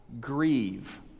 grieve